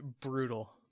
brutal